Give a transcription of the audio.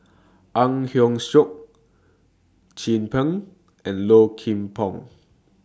Ang Hiong Chiok Chin Peng and Low Kim Pong